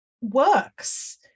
works